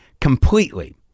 completely